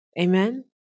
Amen